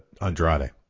Andrade